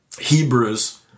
Hebrews